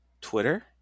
Twitter